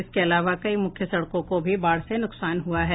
इसके अलावा कई मुख्य सड़कों को भी बाढ़ से नुकसान हुआ है